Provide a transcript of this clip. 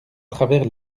travers